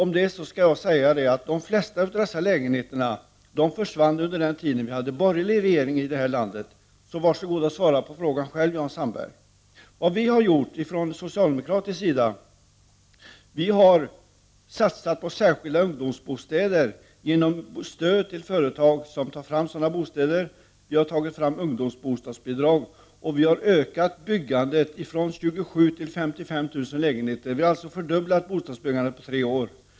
Men då vill jag säga: De flesta av dessa lägenheter försvann under den tid då vi hade borgerlig regering. Så var så god och svara på frågan själv, Jan Sandberg! Vi socialdemokrater har satsat på särskilda ungdomsbostäder genom att ge stöd till företag som tar fram sådana bostäder. Vi har också medverkat till ungdomsbostadsbidrag. Vidare har vi utökat bostadsbyggandet från 27000 till 55 000 lägenheter. Vi har alltså fördubblat bostadsbyggandet på tre år.